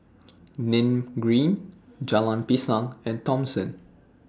Nim Green Jalan Pisang and Thomson